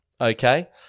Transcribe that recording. okay